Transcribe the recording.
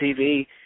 TV